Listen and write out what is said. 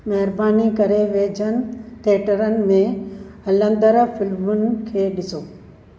महिरबानी करे वेझनि थिएटरनि में हलंदड़ फिलमुनि खे ॾिसो